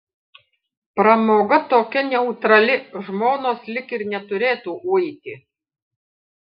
pramoga tokia neutrali žmonos lyg ir neturėtų uiti